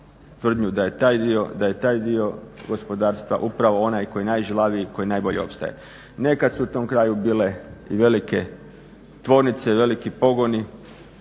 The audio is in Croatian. tvrdnju da je taj dio gospodarstva upravo onaj koji je najžilaviji i koji najbolje opstaje. Nekad su u tom kraju bile i velike tvornice i veliki pogoni